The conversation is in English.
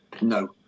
No